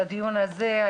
לדיון הזה,